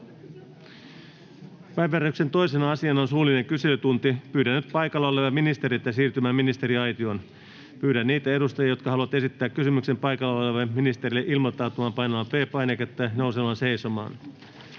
Päiväjärjestyksen 2. asiana on suullinen kyselytunti. Pyydän nyt paikalla olevia ministereitä siirtymään ministeriaitioon. Pyydän niitä edustajia, jotka haluavat esittää kysymyksen paikalla olevalle ministerille, ilmoittautumaan painamalla P-painiketta ja nousemalla seisomaan.